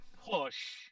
push